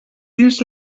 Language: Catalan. dins